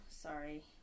Sorry